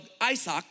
Isaac